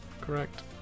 Correct